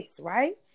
right